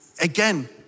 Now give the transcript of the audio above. again